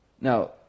Now